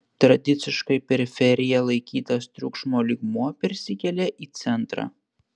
tradiciškai periferija laikytas triukšmo lygmuo persikelia į centrą